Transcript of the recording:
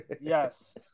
Yes